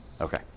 Okay